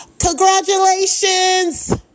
Congratulations